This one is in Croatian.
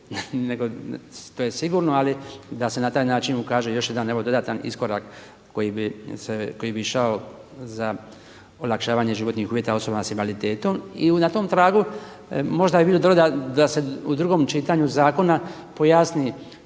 nego to je sigurno, ali da se na taj način ukaže još jedan dodatan iskorak koji bi išao za olakšavanje životnih uvjeta osobama s invaliditetom. I na tom tragu možda bi bilo dobro da se u drugom čitanju zakona pojasni